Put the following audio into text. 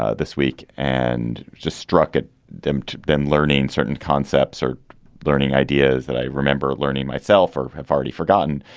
ah this week and just struck at them. been learning certain concepts or learning ideas that i remember learning myself or have already forgotten.